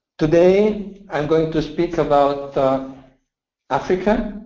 today i'm going to speak about africa.